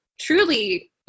truly